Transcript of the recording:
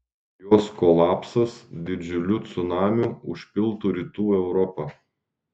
jos kolapsas didžiuliu cunamiu užpiltų rytų europą